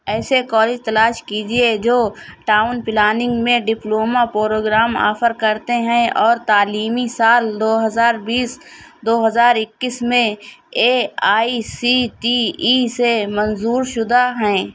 ایسے کالج تلاش کیجیے جو ٹاؤن پلاننگ میں ڈپلومہ پروگرام آفر کرتے ہیں اور تعلیمی سال دو ہزار بیس دو ہزار اکیس میں A I C T E سے منظور شدہ ہیں